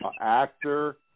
actor